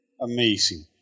Amazing